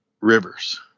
Rivers